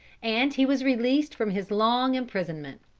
and he was released from his long imprisonment.